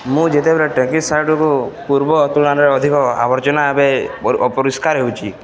ମୁଁ ଯେତେବେଳେ ଟ୍ରେକିଂ ସାଇଟ୍କୁ ପୂର୍ବ ତୁଳନାରେ ଅଧିକ ଆବର୍ଜନା ଏବେ ଅପରିଷ୍କାର ହେଉଛି